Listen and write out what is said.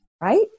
right